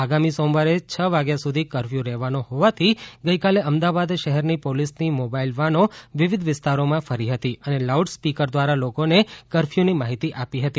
આગામી સોમવારે સવારે છ વાગ્યા સુધી કરફ્યું રહેવાનો હોવાથી ગઈકાલે અમદાવાદ શહેરની પોલીસની મોબાઈલ વાનો વિવિધ વિસ્તારોમાં ફરી હતી અને લાઉડસ્પીકર દ્રારા લોકોને કરફ્યુંની માહિતી આપી હતી